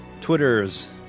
Twitters